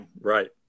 Right